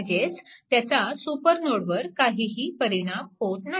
म्हणजेच त्याचा सुपरनोडवर काहीही परिणाम होत नाही